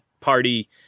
party